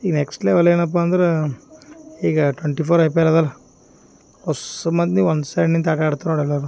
ಈ next level ಏನಪ್ಪಾ ಅಂದ್ರೆ ಈಗ twenty four I P L ಅದ ಅಲ್ಲ ಹೊಸ್ ಮಂದಿ ಒಂದು ಸೈಡ್ ನಿಂತು ಆಟಾಡ್ತಾರೆ ನೋಡಿ ಎಲ್ಲರು